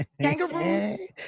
Kangaroos